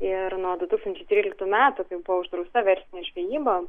ir nuo du tūkstančiai tryliktų metų kai buvo uždrausta verslinė žvejyba